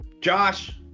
Josh